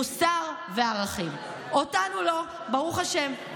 מוסר וערכים, אותנו לא, ברוך השם.